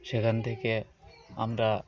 সেখান থেকে আমরা